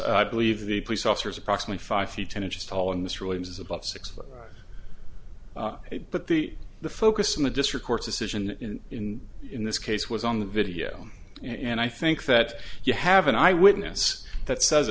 he is believe the police officers approximately five feet ten inches tall and this really is about six foot it but the the focus of the district court's decision in in this case was on the video and i think that you have an eye witness that says